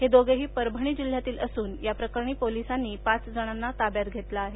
हे दोघेही परभणी जिल्ह्यातील असून या प्रकरणी पोलिसांनी पाच जणांना ताब्यात घेतलं आहे